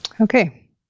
Okay